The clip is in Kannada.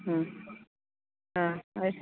ಹ್ಞೂ ಹಾಂ ಆಯ್ತು